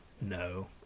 No